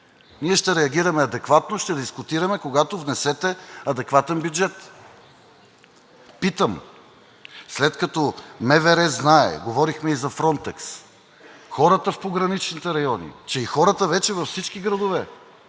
Ние ще реагираме адекватно, ще дискутираме, когато внесете адекватен бюджет! Питам: след като МВР знае, говорихме и за „Фронтекс“, хората в пограничните райони, че и хората вече във всички градове